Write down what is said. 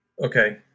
okay